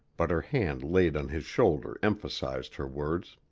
but her hand laid on his shoulder emphasized her words.